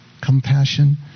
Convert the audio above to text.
compassion